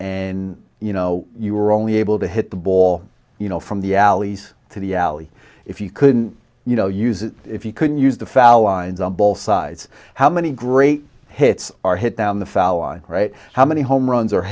and you know you were only able to hit the ball you know from the alleys to the alley if you couldn't you know use it if you couldn't use the foul lines on both sides how many great hits are hit down the foul line right how many home runs